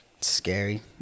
scary